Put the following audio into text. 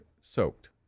soaked